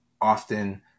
often